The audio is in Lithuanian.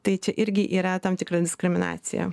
tai čia irgi yra tam tikra diskriminacija